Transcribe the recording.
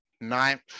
Ninth